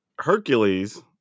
Hercules